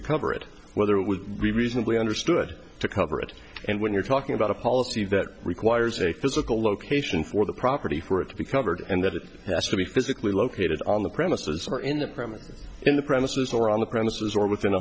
to cover it whether it would be reasonably understood to cover it and when you're talking about a policy that requires a physical location for the property for it to be covered and that it has to be physically located on the premises or in the premises in the premises or on the premises or within a